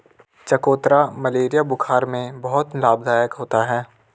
चकोतरा मलेरिया बुखार में बहुत लाभदायक होता है